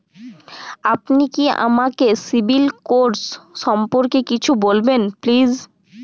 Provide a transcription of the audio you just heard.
আপনি কি আমাকে সিবিল স্কোর সম্পর্কে কিছু বলবেন প্লিজ?